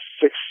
six